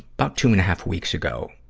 about two and a half weeks ago.